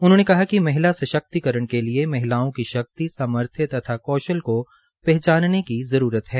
उन्होंने कहा कि महिला सशक्तिकरण के लिए महिलाओं की शक्ति सार्मथ्य तथा कौशल को पहचानने की जरूरत है